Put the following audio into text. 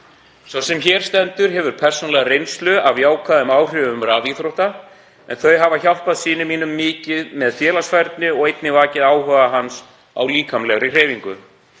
Sá sem hér stendur hefur persónulega reynslu af jákvæðum áhrifum rafíþrótta en þau hafa hjálpað syni mínum mikið með félagsfærni og einnig vakið áhuga hans á líkamlegri hreyfingu.